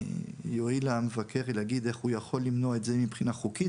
יואיל המבקר להגיד איך הוא יכול למנוע את זה מבחינה חוקית.